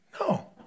No